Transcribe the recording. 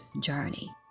journey